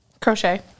Crochet